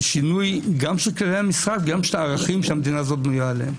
זה שינוי גם של כללי המשחק וגם של הערכים שהמדינה הזאת בנויה עליהם.